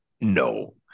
No